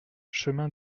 chemin